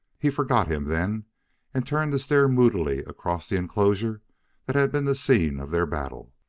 he forgot him then and turned to stare moodily across the enclosure that had been the scene of their battle.